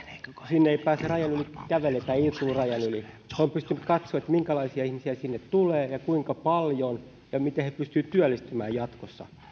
sinne ei pääse rajan yli kävellen ei ole tultu rajan yli he ovat pystyneet katsomaan minkälaisia ihmisiä sinne tulee ja kuinka paljon ja miten he pystyvät työllistymään jatkossa mutta nyt